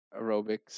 aerobics